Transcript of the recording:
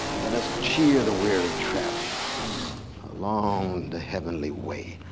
let us cheer the weary traveler along the heavenly way.